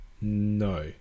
No